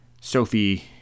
Sophie